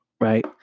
Right